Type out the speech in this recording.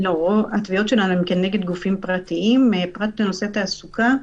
רוב התביעות האלה כנגד גופים פרטיים פרט לנושא תעסוקה,